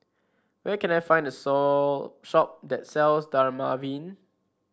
where can I find the shop that sells Dermaveen